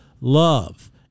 love